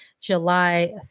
July